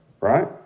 Right